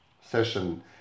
session